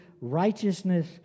righteousness